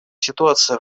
ситуация